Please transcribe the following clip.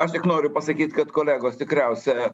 aš tik noriu pasakyt kad kolegos tikriausia